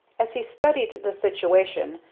as he studied the situation,